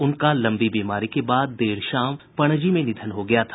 उनका लंबी बीमारी के बाद देर शाम पणजी में निधन हो गया था